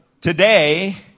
Today